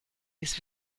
ist